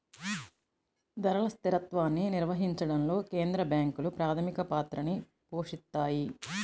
ధరల స్థిరత్వాన్ని నిర్వహించడంలో కేంద్ర బ్యాంకులు ప్రాథమిక పాత్రని పోషిత్తాయి